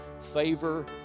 favor